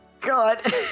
God